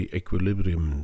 equilibrium